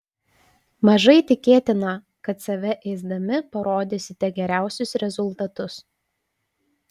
mažai tikėtina kad save ėsdami parodysite geriausius rezultatus